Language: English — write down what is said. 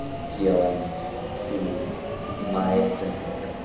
feel and see my gender,